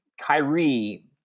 Kyrie